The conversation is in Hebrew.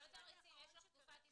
יש לך תקופת הסתגלות.